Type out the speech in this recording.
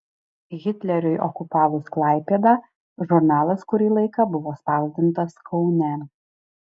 hitleriui okupavus klaipėdą žurnalas kurį laiką buvo spausdintas kaune